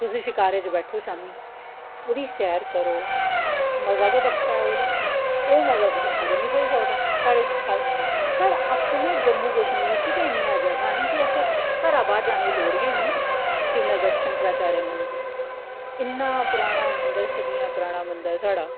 तुस शिकारे च बैठो शामीं ओह्दी सैर करो मजा गै बक्खरा ऐ ओह्दा ओह् मजा तुसेंई कुदै निं थ्होई सकदा साढ़े साढ़ा अपने जम्मू कश्मीर च गै इन्नियां जगहां न केह् असें घरा बाह्र जाने दी लोड़ गै निं श्रीनगर शंकरांचार्य मंदर इन्ना पराना मंदर सदियां पराना मंदर साढ़ा